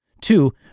Two